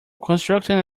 constructing